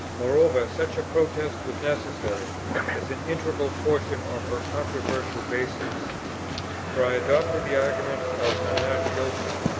moreover, such a protest was necessary as an integral portion of her controversial basis for i adopted the argument of bernard gilpin,